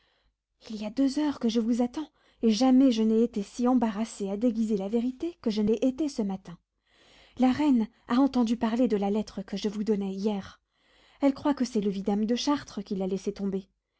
il y a deux heures que je vous attends et jamais je n'ai été si embarrassée à déguiser la vérité que je l'ai été ce matin la reine a entendu parler de la lettre que je vous donnai hier elle croit que c'est le vidame de chartres qui l'a laissé tomber